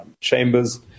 chambers